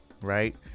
right